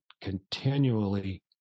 continually